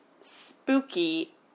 spooky